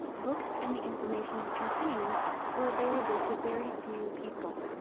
books and the information they contained were available to very few people.